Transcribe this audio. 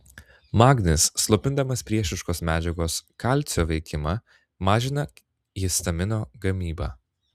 magnis slopindamas priešiškos medžiagos kalcio veikimą mažina histamino gamybą